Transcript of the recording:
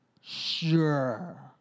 sure